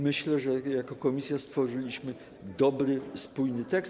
Myślę, że jako komisja stworzyliśmy dobry, spójny tekst.